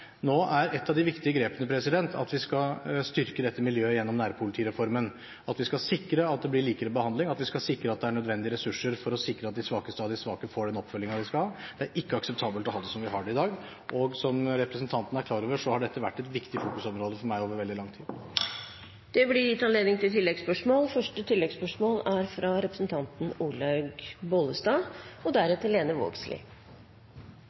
Nå er et av de viktige grepene at vi skal styrke dette miljøet gjennom nærpolitireformen, at vi skal sikre at det blir likere behandling, at vi skal sikre at det er nødvendige ressurser slik at de svakeste av de svake får den oppfølgingen de skal ha. Det er ikke akseptabelt å ha det som vi har det i dag. Som representanten er klar over, har dette vært et viktig fokusområde for meg over veldig lang tid. Det blir gitt anledning til oppfølgingsspørsmål – først Olaug Bollestad. En viktig del av opptrappingsplanen som gjelder vold mot barn, er